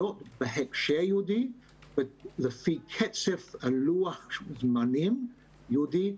להיות בהקשר יהודי ולפי קצב לוח הזמנים היהודי.